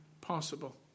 possible